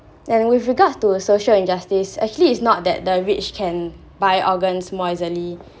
and with regard to social injustice actually it's not that the rich can buy organs more easily